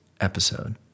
episode